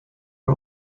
are